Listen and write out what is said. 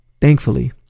thankfully